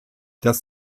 dass